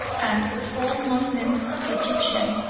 and of all moslems the egyptian,